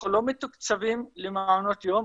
אנחנו לא מתוקצבים למעונות יום,